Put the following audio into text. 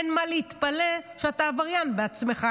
אין מה להתפלא שאתה עבריין בעצמך.